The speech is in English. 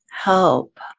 help